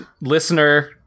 Listener